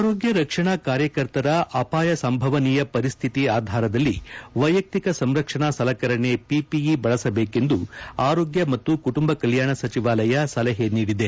ಆರೋಗ್ಲ ರಕ್ಷಣಾ ಕಾರ್ಯಕರ್ತರ ಅಪಾಯ ಸಂಭವನೀಯ ಪರಿಸ್ಥಿತಿ ಆಧಾರದಲ್ಲಿ ವ್ಯೆಯಕ್ತಿಕ ಸಂರಕ್ಷಣಾ ಸಲಕರಣೆ ಪಿಪಿಇ ಬಳಸಬೇಕೆಂದು ಆರೋಗ್ಯ ಮತ್ತು ಕುಟುಂಬ ಕಲ್ಲಾಣ ಸಚಿವಾಲಯ ಸಲಹೆ ನೀಡಿದೆ